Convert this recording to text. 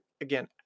again